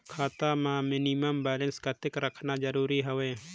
खाता मां minimum balance कतेक रखना जरूरी हवय?